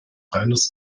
reines